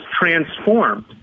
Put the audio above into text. transformed